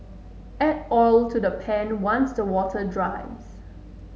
add oil to the pan once the water dries